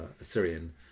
Assyrian